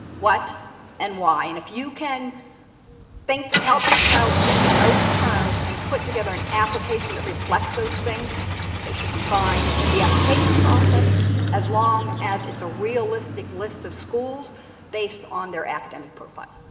what and why and if you can think help your child think in those terms and put together an application that reflects those things they should be fine in the application process as long as it's a realistic list of schools based on their academic profile